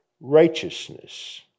righteousness